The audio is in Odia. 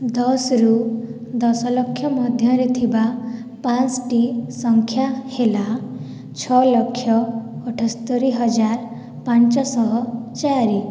ଦଶ ରୁ ଦଶଲକ୍ଷ ମଧ୍ୟରେ ଥିବା ପାଞ୍ଚଟି ସଂଖ୍ୟା ହେଲା ଛଅଲକ୍ଷ ଅଠସ୍ତରୀହଜାର ପାଞ୍ଚଶହ ଚାରି